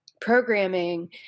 programming